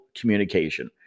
communication